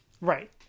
Right